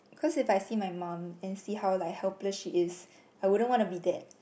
cause if I see my mom and see how like helpless she is I wouldn't want to be that